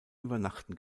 übernachten